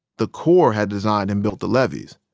the corps had designed and built the levees,